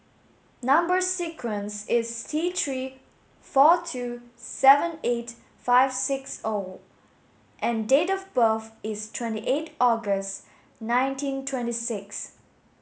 number sequence is T three four two seven eight five six O and date of birth is twenty eight August nineteen twenty six